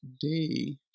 day